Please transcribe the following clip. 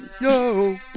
yo